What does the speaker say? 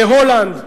בהולנד ובגרמניה.